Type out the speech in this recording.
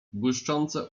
błyszczące